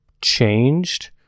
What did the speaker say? changed